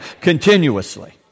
continuously